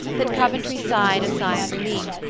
that coventry sighed a sigh of relief,